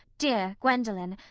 dear gwendolen,